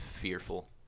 fearful